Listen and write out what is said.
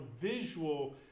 visual